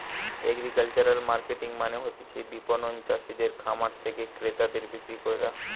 agricultural marketing মানে হতিছে বিপণন চাষিদের খামার থেকে ক্রেতাদের বিক্রি কইরা